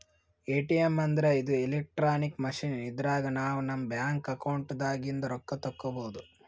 ATM ಅಂದ್ರ ಇದು electronic machine ಇದ್ರಾಗ್ ನಾವ್ ನಮ್ ಬ್ಯಾಂಕ್ ಅಕೌಂಟ್ ದಾಗಿಂದ್ ರೊಕ್ಕ ತಕ್ಕೋಬಹುದ್